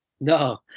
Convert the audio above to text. No